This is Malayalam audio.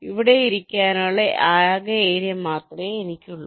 ഇവിടെയിരിക്കാനുള്ള ആകെ ഏരിയ മാത്രമേ എനിക്കുള്ളൂ